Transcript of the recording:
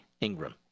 Ingram